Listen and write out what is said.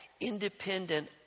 independent